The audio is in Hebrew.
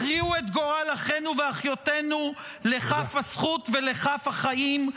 הכריעו את גורל אחינו ואחיותינו לכף הזכות ולכף החיים.